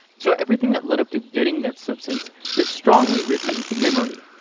so everything that led up to getting that substance is strongly written into memory.